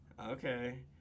Okay